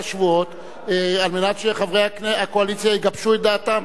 שבועות כדי שחברי הקואליציה יגבשו את דעתם,